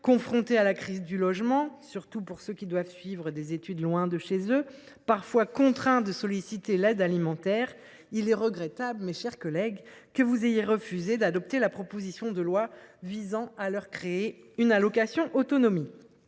confrontés à la crise du logement, surtout pour ceux qui doivent suivre des études loin de chez eux, et parfois contraints de solliciter l’aide alimentaire. Il est regrettable que vous ayez refusé d’adopter la proposition de loi visant à créer une allocation autonomie